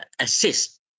assist